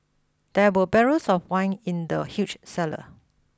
there were barrels of wine in the huge cellar